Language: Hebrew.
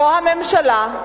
או הממשלה,